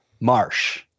Marsh